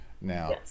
now